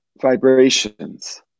vibrations